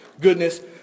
goodness